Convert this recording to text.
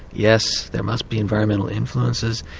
yes, there must be environmental influences,